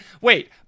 Wait